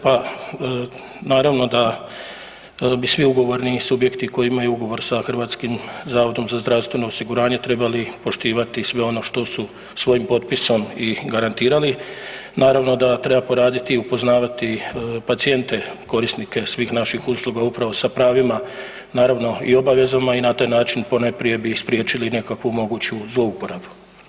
Pa naravno da bi svi ugovorni subjekti koji imaju ugovor sa HZZO-om trebali poštivati sve što ono što su svojim potpisom i garantirali, naravno da treba poraditi i upoznavati pacijente, korisnike svih naših usluga upravo sa pravima, naravno i obavezama i na taj način ponajprije bi spriječili i nekakvu moguću zlouporabu.